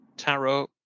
tarot